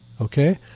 okay